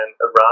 Iran